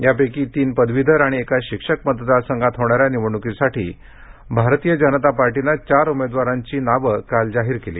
यापैकी तीन पदवीधर आणि एका शिक्षक मतदारसंघात होणाऱ्या निवडणुकीसाठी भारतीय जनता पक्षाने चार उमेदवारांची नावे काल जाहीर केली